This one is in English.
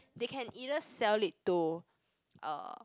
they can either sell it to uh